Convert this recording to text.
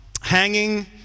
hanging